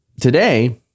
today